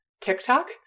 TikTok